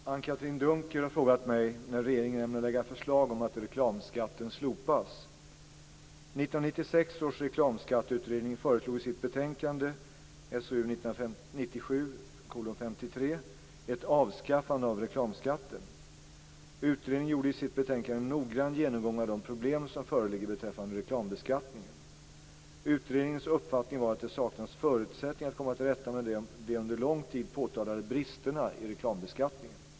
Fru talman! Anne-Katrine Dunker har frågat mig när regeringen ämnar lägga fram förslag om att reklamskatten slopas. 1996 års reklamskatteutredning föreslog i sitt betänkande SOU 1997:53 ett avskaffande av reklamskatten. Utredningen gjorde i sitt betänkande en noggrann genomgång av de problem som föreligger beträffande reklambeskattningen. Utredningens uppfattning var att det saknas förutsättningar att komma till rätta med de under lång tid påtalade bristerna i reklambeskattningen.